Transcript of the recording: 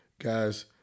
guys